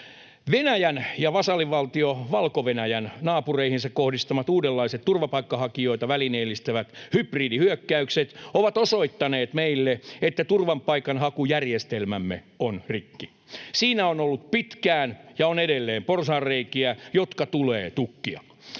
Venäjän ja vasallivaltio Valko-Venäjän naapureihinsa kohdistamat uudenlaiset turvapaikanhakijoita välineellistävät hybridihyökkäykset ovat osoittaneet meille, että turvapaikanhakujärjestelmämme on rikki. Siinä on ollut pitkään ja on edelleen porsaanreikiä, jotka tulee tukkia.